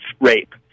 rape